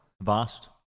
Vast